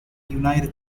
united